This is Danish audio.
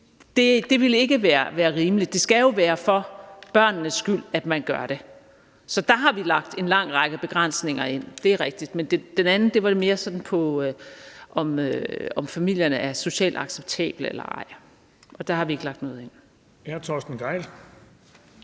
det ville ikke være rimeligt. Det skal jo være for børnenes skyld, at man gør det. Så der har vi lagt en lang række begrænsninger ind, det er rigtigt, men den anden gik mere på det her med, om familierne er socialt acceptable eller ej, og der har vi ikke lagt noget ind. Kl. 18:40 Den fg.